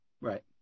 Right